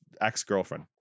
ex-girlfriend